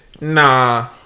Nah